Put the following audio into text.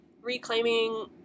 reclaiming